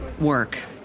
work